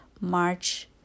March